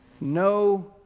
no